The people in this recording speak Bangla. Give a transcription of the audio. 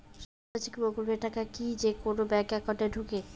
সামাজিক প্রকল্পের টাকা কি যে কুনো ব্যাংক একাউন্টে ঢুকে?